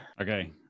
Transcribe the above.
Okay